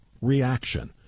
reaction